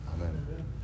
Amen